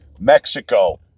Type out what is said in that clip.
Mexico